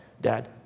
Dad